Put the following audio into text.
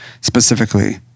specifically